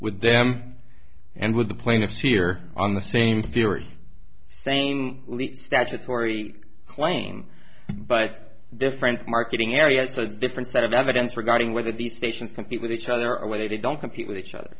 with them and with the plaintiffs here on the same theory same statutory claim but different marketing areas so the different set of evidence regarding whether these patients compete with each other or whether they don't compete with each other